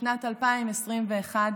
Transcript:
בשנת 2021,